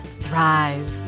thrive